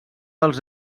dels